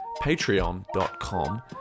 patreon.com